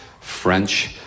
French